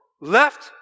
left